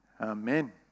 Amen